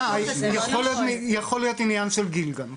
יכול להיות עניין של גיל גם.